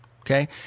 Okay